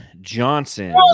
Johnson